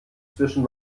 zwischen